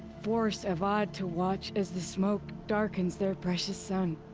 force avad to watch as the smoke darkens their precious sun.